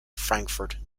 frankfurt